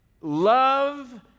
love